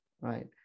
right